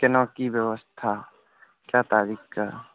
केना की व्यवस्था कए तारीखकेँ